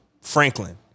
Franklin